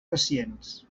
pacients